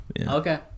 okay